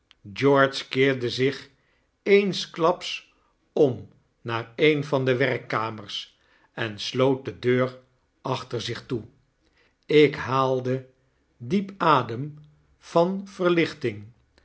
george keerde zich eenskiaps om naar een van de werkkamers en sloot de deur achter zich toe ik haalde diep adem van verlichting